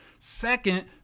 Second